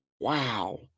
Wow